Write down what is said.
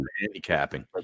Handicapping